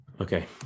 Okay